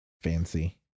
Fancy